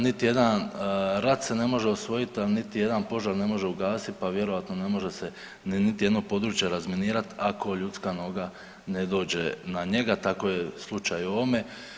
Niti jedan rat se ne može osvojit, al niti jedan požar ne može ugasit pa vjerojatno ne može se niti jedno područje razminirat ako ljudska noga ne dođe na njega, tako je slučaj u ovome.